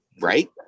Right